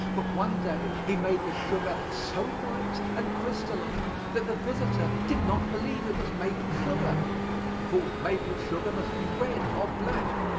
but one day he made the sugar so white and crystalline that the visitor did not believe it was maple sugar thought maple sugar must be red or black.